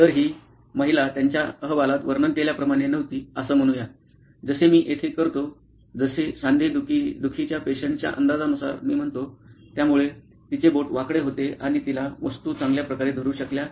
तर ही महिला त्यांच्या अहवालात वर्णन केल्याप्रमाणे नव्हती असं म्हणूया जसे मी येथे करतो जसे सांधेदुखीच्या पेशंटच्या अंदाजानुसार मी म्हणतो त्यामुळे तिचे बोट वाकटे होते आणि तिला वस्तू चांगल्या प्रकारे धरु शकल्या नाहीत